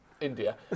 India